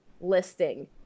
listing